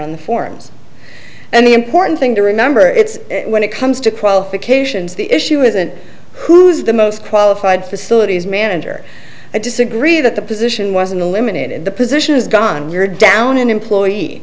on the forms and the important thing to remember it's when it comes to qualifications the issue isn't who's the most qualified facilities manager i disagree that the position was eliminated the position is gone we're down in employee